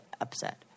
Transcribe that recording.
upset